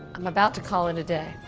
i'm about to call it a day,